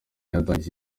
yatangije